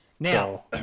Now